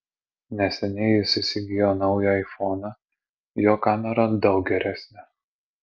neseniai jis įsigijo naują aifoną jo kamera daug geresnė